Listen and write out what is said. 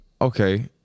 Okay